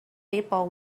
people